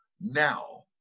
now